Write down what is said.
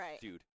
dude